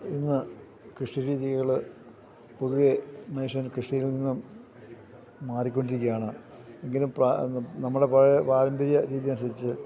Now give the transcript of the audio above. ഇന്ന് കൃഷി രീതികൾ പൊതുവെ മനുഷ്യൻ കൃഷിയിൽ നിന്നും മാറിക്കൊണ്ടിരിക്കയാണ് എങ്കിലും നമ്മുടെ പഴയ പാരമ്പര്യ രീതി അനുസരിച്ച്